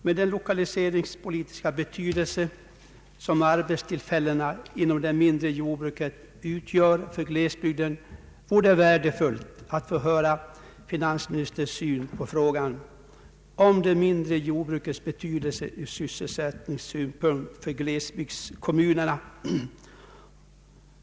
Med den lokaliseringspolitiska betydelse som arbetstillfällena inom de mindre jordbruken äger för glesbygden vore det värdefullt att få höra jordbruksministerns syn på frågan om de mindre jordbrukens betydelse ur sysselsättningssynpunkt för glesbygdskommunerna.